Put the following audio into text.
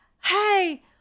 Hey